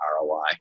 ROI